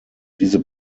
diese